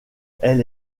elle